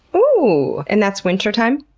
oooh! and that's wintertime?